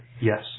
yes